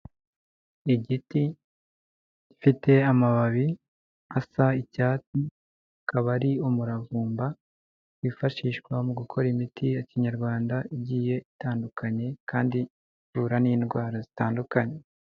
Igiti gifite amababi asa icyatsi, akaba ari umuravumba wifashishwa mu gukora imiti ya kinyarwanda igiye itandukanye kandi ivura n'indwara zitandukanye.